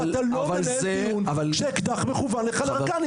אתה לא יכול לנהל דיון כאשר אקדח מכוון לך לרקה.